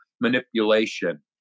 manipulation